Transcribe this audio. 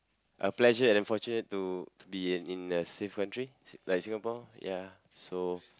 a pleasure and fortunate to to be in in a safe country like Singapore ya so